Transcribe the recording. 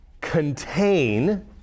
contain